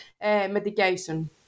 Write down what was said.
medication